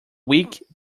weak